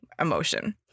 Emotion